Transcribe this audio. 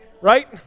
Right